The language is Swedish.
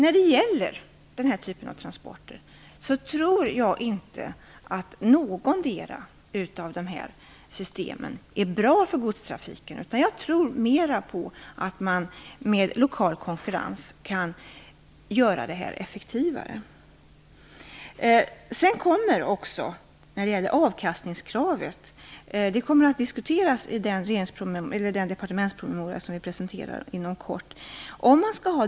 Vad gäller den här typen av transporter tror jag inte att någotdera av dessa system är bra för godstrafiken, utan jag tror mera på att man med lokal konferens kan göra det här effektivare. Avkastningskravet kommer att diskuteras i den departementspromemoria som vi presenterar inom kort.